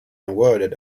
awarded